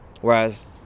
whereas